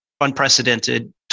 unprecedented